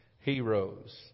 Heroes